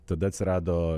tada atsirado